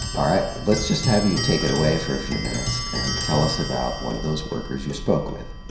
all right. let's just have you take it away for a few minutes and tell us about one of those workers you spoke with.